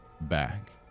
back